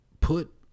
put